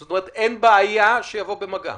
זאת אומרת, אין בעיה שיבוא במגע.